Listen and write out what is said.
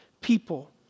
people